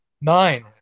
Nine